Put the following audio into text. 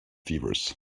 fevers